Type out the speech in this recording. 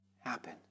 happen